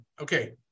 okay